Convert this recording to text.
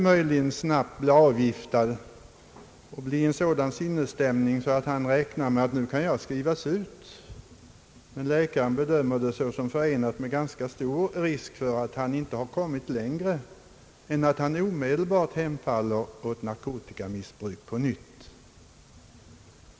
möjligen bli snabbt avgiftad och komma i en sådan sinnesstämning att han, räknar med att kunna skrivas ut. Men. läkarna bedömer , det såsom förenat med ganska stor risk för att han inte har kommit längre än att han omedelbart hemfaller åt narkotikamissbruk på nytt..